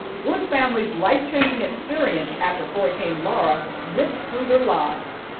one family's life changing experience after hurricane laura ripped through their lives.